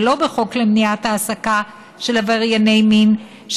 ולא בחוק למניעת העסקה של עברייני מין,